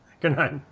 Goodnight